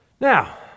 Now